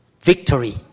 Victory